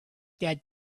that